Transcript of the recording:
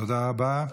תודה רבה.